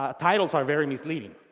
ah titles are very misleading.